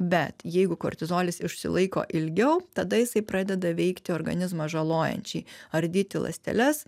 bet jeigu kortizolis išsilaiko ilgiau tada jisai pradeda veikti organizmą žalojančiai ardyti ląsteles